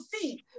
see